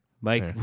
Mike